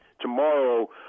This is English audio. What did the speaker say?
tomorrow